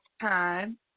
time